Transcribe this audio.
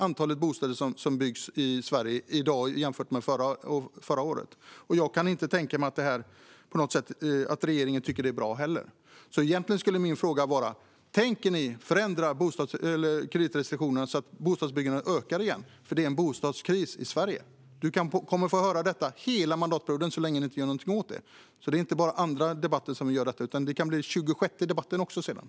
Antalet bostäder som byggs i Sverige i dag har ju halverats jämfört med förra året. Jag kan inte tänka mig att regeringen heller tycker att det är bra. Min fråga är om ni tänker förändra kreditrestriktionerna så att bostadsbyggandet ökar igen, för det är en bostadskris i Sverige. Du kommer att få höra detta under hela mandatperioden så länge ni inte gör någonting åt det. Det är inte bara i den andra debatten som vi kommer att ta upp detta, utan det kan också bli i den tjugosjätte debatten.